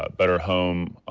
better home